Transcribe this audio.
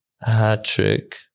hat-trick